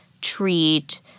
treat